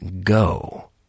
go